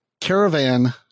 caravan